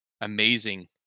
amazing